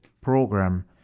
program